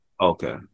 Okay